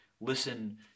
listen